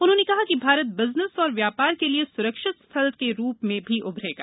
उन्होंने कहा कि भारत बिज़नेस और व्यापार के लिए स्रक्षित स्थल से रूप में भी उभरेगा